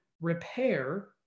repair